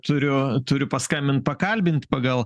turiu turiu paskambint pakalbint pagal